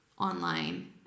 online